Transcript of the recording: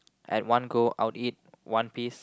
at one go I'll eat one piece